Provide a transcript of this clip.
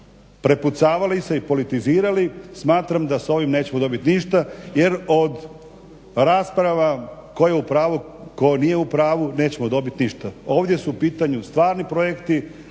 prepucavali se i politizirali smatram da s ovim nećemo dobiti ništa jer od rasprava koju je u pravu, tko nije u pravu nećemo dobiti ništa. Ovdje su u pitanju stvarni projekti,